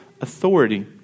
authority